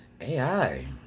AI